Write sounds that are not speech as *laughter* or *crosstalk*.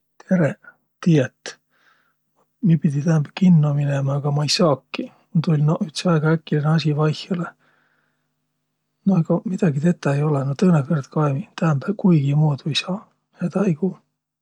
*noise* Ai, tävveste läts' meelest" No häste, aga ku ti minno noq kutsut, sis ma häämeelega iks tulõ.